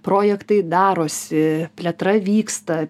projektai darosi plėtra vyksta